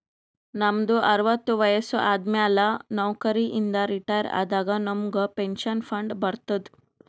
ನಮ್ದು ಅರವತ್ತು ವಯಸ್ಸು ಆದಮ್ಯಾಲ ನೌಕರಿ ಇಂದ ರಿಟೈರ್ ಆದಾಗ ನಮುಗ್ ಪೆನ್ಷನ್ ಫಂಡ್ ಬರ್ತುದ್